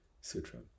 sutra